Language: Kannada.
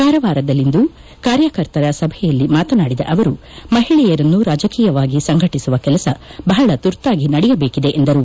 ಕಾರವಾರದಲ್ಲಿಂದು ಕಾರ್ಯಕರ್ತರ ಸಭೆಯಲ್ಲಿ ಮಾತನಾಡಿದ ಅವರು ಮಹಿಳೆಯರನ್ನು ರಾಜಕೀಯವಾಗಿ ಸಂಘಟಿಸುವ ಕೆಲಸ ಬಹಳ ತುರ್ತಾಗಿ ನಡೆಯಬೇಕಿದೆ ಎಂದರು